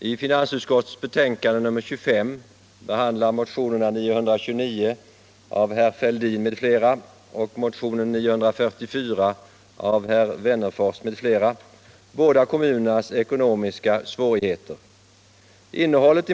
Innehållet i motionerna överensstämmer i många avseenden.